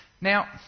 Now